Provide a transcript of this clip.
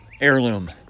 heirloom